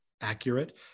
accurate